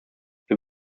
wir